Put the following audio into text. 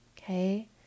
Okay